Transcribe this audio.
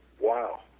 Wow